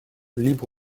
libre